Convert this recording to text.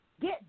get